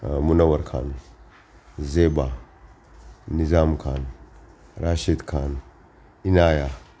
Munavvarkhan Zeba Nizamkhan Rashidkhan Inaya